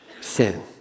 sin